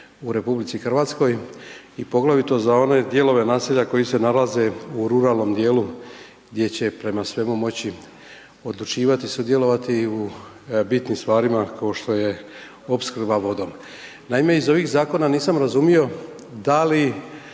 u RH i poglavito za one dijelove naselja koji se nalaze u ruralnom dijelu gdje će prema svemu moći, odlučivati, sudjelovati u bitnim stvarima kao što je opskrba vodom. Naime, iz ovih zakona nisam razumio da li